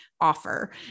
offer